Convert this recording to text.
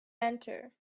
enter